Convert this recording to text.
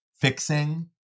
fixing